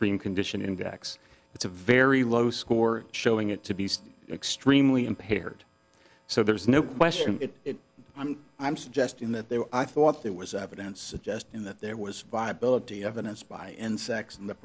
stream condition index it's a very low score showing it to be extremely impaired so there's no question it i'm i'm suggesting that they were i thought there was evidence suggesting that there was viability evidence by insects in the